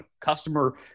customer